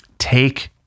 take